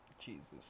Jesus